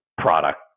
product